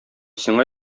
сиңа